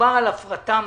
מדובר בהפרטה משמעותית.